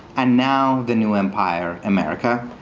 and now the new empire, america.